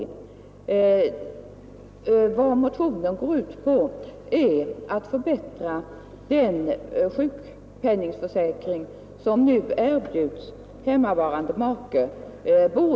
Båda förslagen i motionen går, trots att de skiljer sig litet grand från varandra, ut på att förbättra den sjukpenningförsäkring som nu erbjuds hemmavarande make.